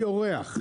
אני הייתי אורח.